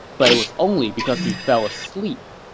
but it was only because he fell asleep.